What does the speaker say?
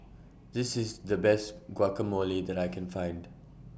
This IS The Best Guacamole that I Can Find